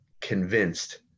convinced